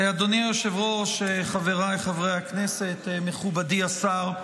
אדוני היושב-ראש, חבריי חברי הכנסת, מכובדי השר,